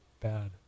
bad